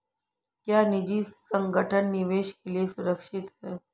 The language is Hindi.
क्या निजी संगठन निवेश के लिए सुरक्षित हैं?